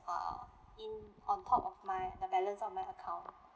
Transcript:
uh in on top of my the balance on my account